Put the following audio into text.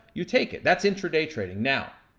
you take it. that's intra-day trading. now,